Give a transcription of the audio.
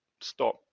stop